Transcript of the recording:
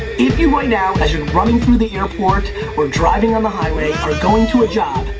if you, right now, as you're running through the airport or driving on the highway are going to a job,